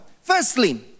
Firstly